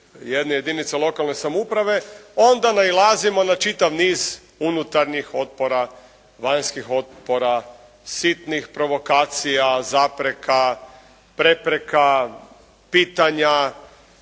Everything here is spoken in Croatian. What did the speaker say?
jedne jedinice lokalne samouprave onda nailazimo na čitav niz unutarnjih otpora, vanjskih otpora, sitnih provokacija, zapreka, prepreka, pitanja.